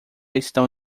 estão